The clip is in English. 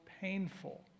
painful